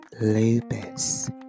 Lupus